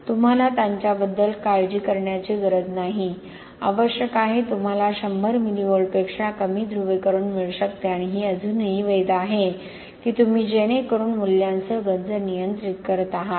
तुम्हाला त्यांच्याबद्दल काळजी करण्याची गरज नाही आवश्यक आहे तुम्हाला 100 मिली व्होल्टपेक्षा कमी ध्रुवीकरण मिळू शकते आणि हे अजूनही वैध आहे की तुम्ही जेणेकरून मूल्यांसह गंज नियंत्रित करत आहात